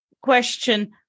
question